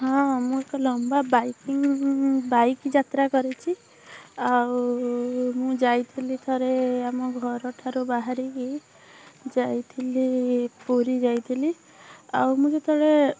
ହଁ ମୁଁ ଏକ ଲମ୍ବା ବାଇକ୍ ଯାତ୍ରା କରିଛି ଆଉ ମୁଁ ଯାଇଥିଲି ଥରେ ଆମ ଘରଠାରୁ ବାହାରିକି ଯାଇଥିଲି ପୁରୀ ଯାଇଥିଲି ଆଉ ମୁଁ ଯେତେବେଳେ